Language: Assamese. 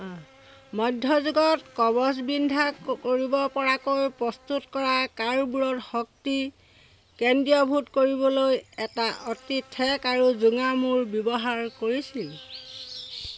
মধ্যযুগত কবচ বিন্ধা কৰিব পৰাকৈ প্ৰস্তুত কৰা কাঁড়বোৰত শক্তি কেন্দ্ৰীয়ভূত কৰিবলৈ এটা অতি ঠেক আৰু জোঙা মূৰ ব্যৱহাৰ কৰিছিল